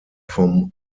vom